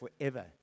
forever